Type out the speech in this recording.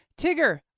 Tigger